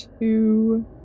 two